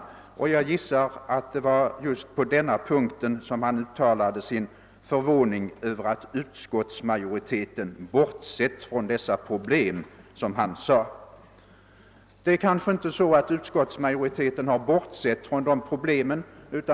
Jag gissar att det var just beträffande denna punkt han uttalade sin förvåning över att utskottsmajoriteten »bortsett från dessa problem». Utskottsmajoriteten har inte bortsett från dessa problem.